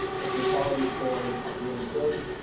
if your quality scores are really good,